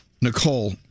Nicole